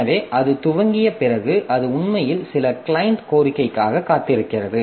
எனவே அது துவங்கிய பிறகு அது உண்மையில் சில கிளையன்ட் கோரிக்கைக்காக காத்திருக்கிறது